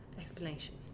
explanation